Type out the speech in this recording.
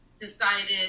decided